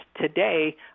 today